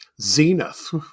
Zenith